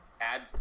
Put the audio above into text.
add